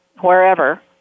wherever